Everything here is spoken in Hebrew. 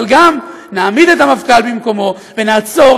אבל גם נעמיד את המפכ"ל במקומו ונעצור